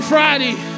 Friday